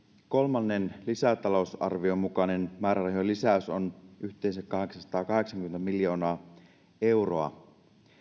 kolmannen lisätalousarvion mukainen määrärahojen lisäys on yhteensä kahdeksansataakahdeksankymmentä miljoonaa euroa